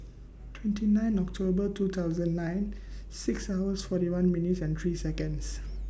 twenty nine October two thousand nine six hours forty one minutes and three Seconds